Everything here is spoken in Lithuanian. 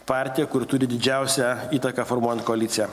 partija kuri turi didžiausią įtaką formuojant koaliciją